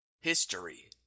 History